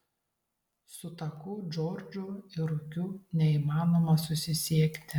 su taku džordžu ir ūkiu neįmanoma susisiekti